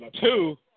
two